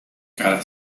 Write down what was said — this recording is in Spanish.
kara